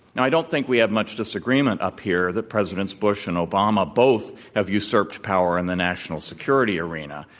and i don't think we have much disagreement up here that presidents bush and obama both have usurped power in the national security arena.